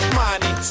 money